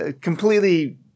completely